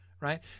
Right